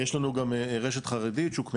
יש לנו גם רשת חרדית, שוק מהדרין,